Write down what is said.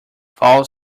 fall